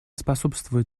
способствует